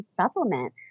supplement